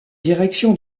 direction